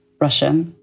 Russia